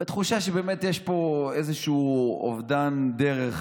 התחושה היא שבאמת יש פה איזשהו אובדן דרך